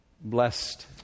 Blessed